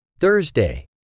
Thursday